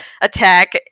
attack